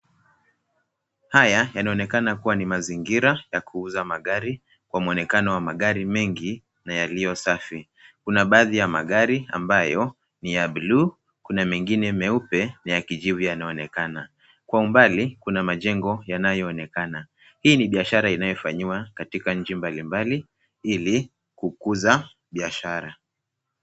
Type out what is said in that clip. Haya yanaonekana kuwa ni mazingira ya kuuza magari kwa mwonekano wa magari mengi na yalio safi. Kuna baadhi ya magari ambayo ni ya buluu, kuna mengine meupe na ya kijivu yanaonekana. Kwa umbali, kuna majengo yanayoonekana. Hii ni biashara inayofanyiwa katika nchi mbalimbali ili kukuza biashara.